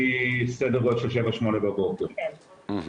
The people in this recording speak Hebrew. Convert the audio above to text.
ומסדר גודל של 7:00, 8:00 בבוקר, כולל